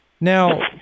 Now